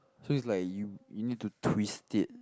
so is like you you need to twist it